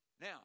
Now